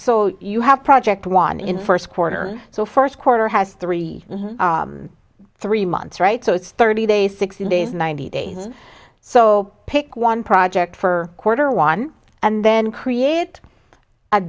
so you have project one in first quarter so first quarter has three three months right so it's thirty days sixty days ninety days so pick one project for quarter one and then create a